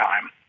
time